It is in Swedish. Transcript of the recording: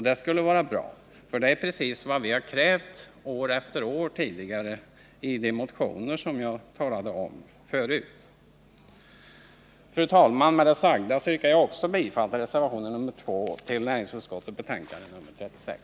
Det skulle vara bra, för det är precis vad vi har krävt år efter år i de motioner som jag talade om förut. Fru talman! Med det sagda yrkar också jag bifall till reservationen nr 2 vid näringsutskottets betänkande nr 36.